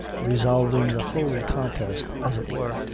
resolving the whole contest, as it were,